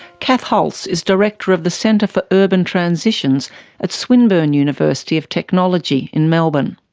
kath hulse is director of the centre for urban transitions at swinburne university of technology in melbourne.